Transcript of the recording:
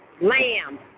Lamb